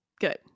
good